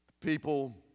People